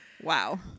Wow